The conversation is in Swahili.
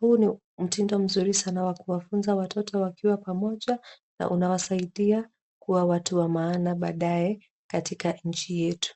Huu ni mtindo mzuri sana wa kuwafunza watoto wakiwa pamoja na unawasaidia kuwa watu wa maana badae katika nchi yetu.